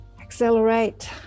accelerate